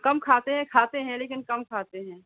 کم کھاتے ہیں کھاتے ہیں لیکن کم کھاتے ہیں